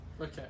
Okay